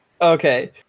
Okay